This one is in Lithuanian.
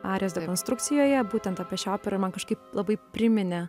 arijos dekonstrukcijoje būtent apie šią operą ir man kažkaip labai priminė